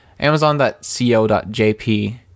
Amazon.co.jp